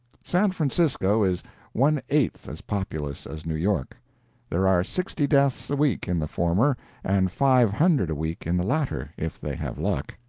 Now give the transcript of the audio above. san francisco is one-eighth as populous as new york there are sixty deaths a week in the former and five hundred a week in the latter if they have luck.